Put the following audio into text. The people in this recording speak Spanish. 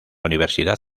universidad